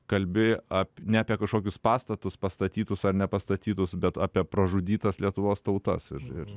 kalbi ap ne apie kažkokius pastatus pastatytus ar nepastatytus bet apie pražudytas lietuvos tautas ir